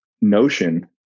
notion